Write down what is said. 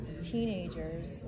teenagers